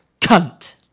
Cunt